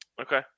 Okay